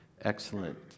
excellent